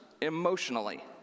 emotionally